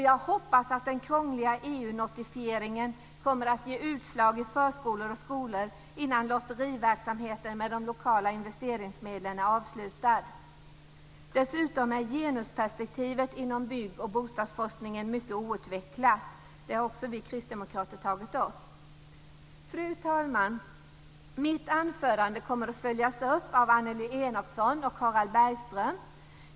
Jag hoppas att den krångliga EU notifieringen kommer att ge utslag i förskolor och skolor innan lotteriverksamheten med de lokala investeringsmedlen är avslutad. Dessutom är genusperspektivet inom bygg och bostadsforskningen mycket outvecklat. Det har också vi kristdemokrater tagit upp. Fru talman! Mitt anförande kommer att följas upp av Annelie Enochson och Harald Bergström.